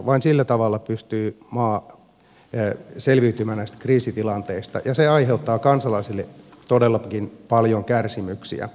vain sillä tavalla pystyy maa selviytymään näistä kriisitilanteista ja se aiheuttaa kansalaisille todellakin paljon kärsimyksiä